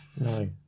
No